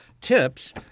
tips